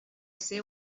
ser